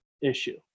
issue